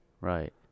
Right